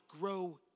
grow